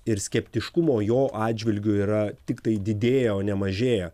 ir skeptiškumo jo atžvilgiu yra tiktai didėja o ne mažėja